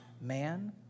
man